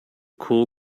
cool